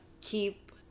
keep